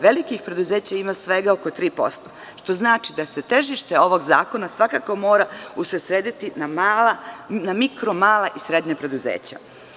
Velikih preduzeća ima svega oko 3%, što znači da se težište ovog zakona svakako mora usredsrediti na mikro, mala i srednja preduzeća.